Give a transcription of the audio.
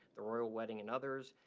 the royal wedding and others.